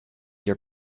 your